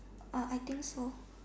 I think so